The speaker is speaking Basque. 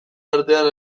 artean